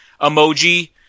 emoji